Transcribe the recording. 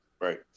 right